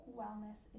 wellness